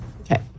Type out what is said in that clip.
Okay